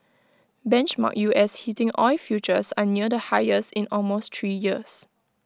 benchmark U S heating oil futures are near the highest in almost three years